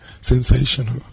Sensational